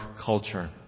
culture